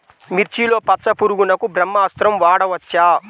మిర్చిలో పచ్చ పురుగునకు బ్రహ్మాస్త్రం వాడవచ్చా?